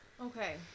Okay